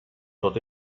tot